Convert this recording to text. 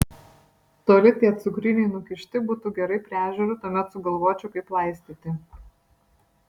toli tie cukriniai nukišti būtų gerai prie ežero tuomet sugalvočiau kaip laistyti